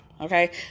okay